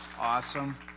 Awesome